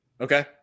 Okay